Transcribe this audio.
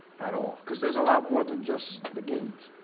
at all because there's a lot more than just the games